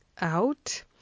out